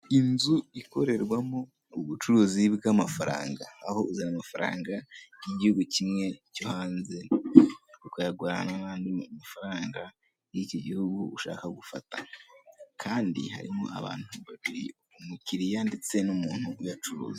Inzu ikorerwamo ubucuruzi bw'amafaranga aho uzana amafaranga y'igihugu kimwe cyo hanze ukayagurana nandi mafaranga yicyo gihugu ushaka gufata, kandi harimo abantu babiri umukiriya ndetse n'umuntu uyacuruza.